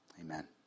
Amen